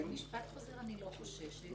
ממשפט חוזר אני לא חוששת.